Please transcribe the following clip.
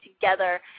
together